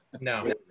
No